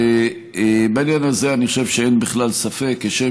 ימים יגידו.